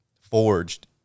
forged